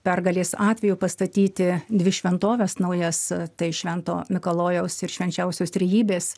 pergalės atveju pastatyti dvi šventoves naujas tai švento mikalojaus ir švenčiausios trejybės